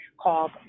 called